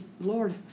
Lord